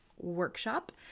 workshop